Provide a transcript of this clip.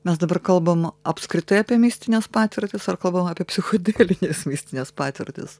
mes dabar kalbam apskritai apie mistines patirtis ar kalbam apie psichodeliniais mistines patirtis